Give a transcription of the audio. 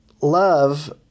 love